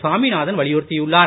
சாமிநாதன் வலியுறுத்தியுள்ளார்